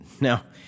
Now